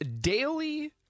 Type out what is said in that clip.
daily